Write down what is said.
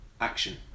action